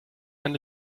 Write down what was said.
eine